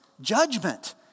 judgment